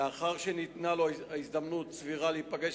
לאחר שניתנה לו הזדמנות סבירה להיפגש